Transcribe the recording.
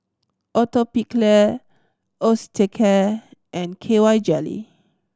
Atopiclair Osteocare and K Y Jelly